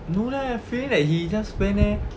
no leh I feeling like he just went eh